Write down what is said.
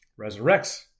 resurrects